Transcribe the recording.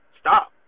stop